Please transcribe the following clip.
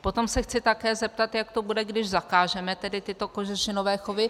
Potom se chci také zeptat, jak to bude, když zakážeme tyto kožešinové chovy.